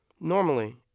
Normally